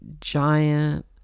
giant